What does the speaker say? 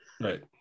right